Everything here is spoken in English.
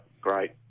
great